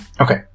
Okay